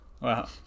Wow